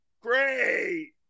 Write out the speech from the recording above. Great